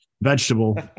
vegetable